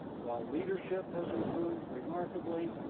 while leadership has improved remarkably